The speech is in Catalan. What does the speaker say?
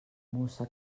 mossa